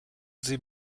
sie